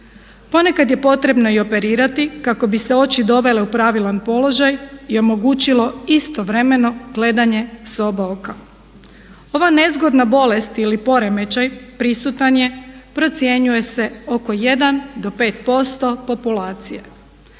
Ponekad je potrebno i operirati kako bi se oči dovele u pravilan položaj i omogućilo istovremeno gledanje s oba oka. Ova nezgodna bolest ili poremećaj prisutan je procjenjuje se oko 1-5% populacije.